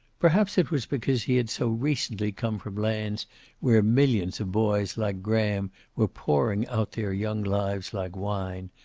perhaps it was because he had so recently come from lands where millions of boys like graham were pouring out their young lives like wine,